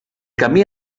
camí